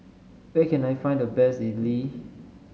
where can I find the best idly